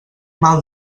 mal